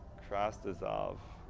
cross dissolve,